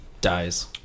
dies